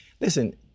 Listen